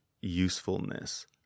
usefulness